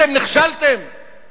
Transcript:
אתם נכשלתם;